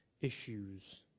issues